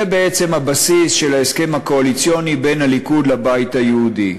זה בעצם הבסיס של ההסכם הקואליציוני בין הליכוד לבית היהודי.